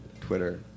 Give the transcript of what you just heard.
Twitter